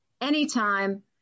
anytime